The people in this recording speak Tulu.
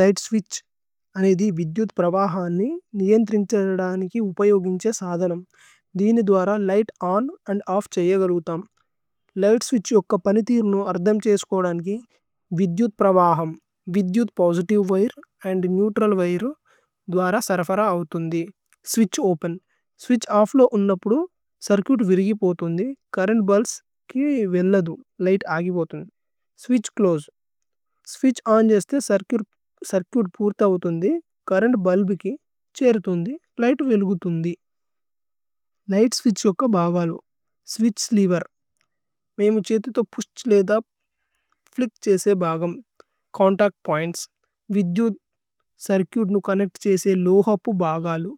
ലിഘ്ത് സ്വിത്ഛ്, അനേ ധി വിദ്യുത് പ്രവഹാന് നി, നിയേന് ത്രിന്ശദനാന് ഏഖി ഉപയോഗിന്ഛേ സധനമ്। ധിന് ഇദ്വര light on and off ഛയഗലുതമ്। Light സ്വിത്ഛ് യുക്ക പനിതിര്നോ അര്ധമ് ഛേസ്കോദന് കി, വിദ്യുത് പ്രവഹാന്, വിദ്യുത് പോസിതിവേ വിരേ അന്ദ് നേഉത്രല് വിരേ ധ്വര സര്ഫര അഹ്ഥുന്ദി। സ്വിത്ഛ് ഓപേന്, സ്വിത്ഛ് ഓഫ്ഫ് ലോ ഉന്നപ്പുധ്, ചിര്ചുഇത് വിര്ഗി പോഹ്ഥുന്ദി, ചുര്രേന്ത് ബല്ല്സ് കേ വേലധു, ലിഘ്ത് അഹ്ഥുന്ദി പോഹ്ഥുന്ദി। Light സ്വിത്ഛ് യുക്ക ഭഗാലു, സ്വിത്ഛ് lever. മേമു ഛേതു തോ പുശ്ലേധ, ഫ്ലിച്ക് ഛേശേ ഭഗാമ്, ചോന്തച്ത് പോഇന്ത്സ്, വിദ്യുത് ചിര്ചുഇത് നു ചോന്നേച്ത് ഛേശേ ലോ ഹോപു ഭഗാലു,